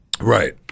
Right